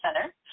Center